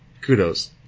kudos